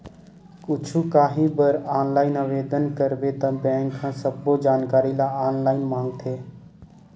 कुछु काही बर ऑनलाईन आवेदन करबे त बेंक ह सब्बो जानकारी ल ऑनलाईन मांगथे